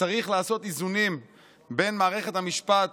צריך לעשות איזונים בין מערכת המשפט